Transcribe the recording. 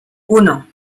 uno